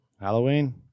Halloween